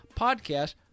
podcast